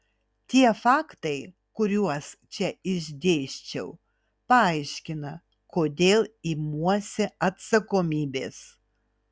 tie faktai kuriuos čia išdėsčiau paaiškina kodėl imuosi atsakomybės